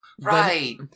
right